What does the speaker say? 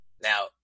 now